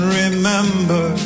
remember